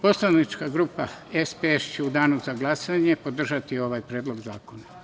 Poslanička grupa SPS će u danu za glasanje podržati ovaj predlog zakona.